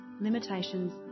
limitations